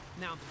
Now